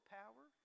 power